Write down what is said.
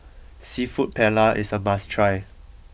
Seafood Paella is a must try